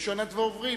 ראשון הדוברים,